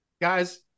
Guys